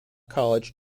college